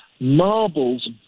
marbles